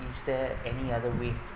is there any other way